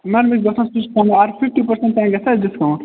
نہ مےٚ چھِ باسان سُہ چھِ کم فِفٹی پٔرسنٹ تانۍ گژھیٚہ اَسہِ ڈِسکاوُنٹ